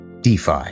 DeFi